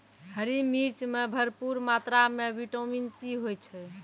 हरी मिर्च मॅ भरपूर मात्रा म विटामिन सी होय छै